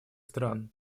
стран